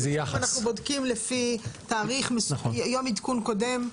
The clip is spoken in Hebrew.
אנחנו בודקים לפי יום עדכון קודם.